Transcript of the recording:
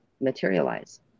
materialize